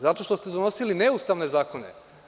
Zato što ste donosili neustavne zakone.